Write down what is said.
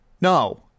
No